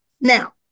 Now